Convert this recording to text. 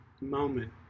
moment